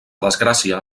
desgràcia